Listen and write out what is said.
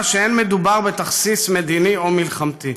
שאין מדובר בתכסיס מדיני או מלחמתי.